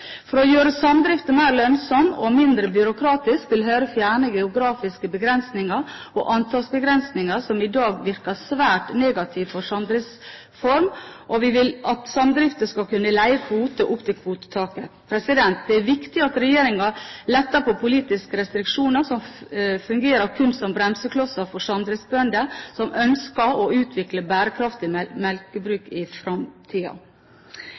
For å gjøre samdriften mer lønnsom og mindre byråkratisk vil Høyre fjerne geografiske begrensninger og antallsbegrensninger som i dag virker svært negativt for samdriftsformen, og vi vil at samdrifter skal kunne leie kvoter opp til kvotetaket. Det er viktig at regjeringen letter på politiske restriksjoner som fungerer kun som bremseklosser for samdriftsbønder som ønsker å utvikle bærekraftige melkebruk